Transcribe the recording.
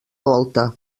volta